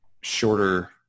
shorter